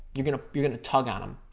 you're going you're going to tug on them.